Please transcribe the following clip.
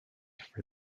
for